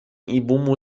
ibumu